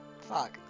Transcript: fuck